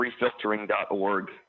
freefiltering.org